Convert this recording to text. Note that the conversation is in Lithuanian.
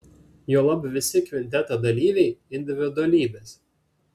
juolab visi kvinteto dalyviai individualybės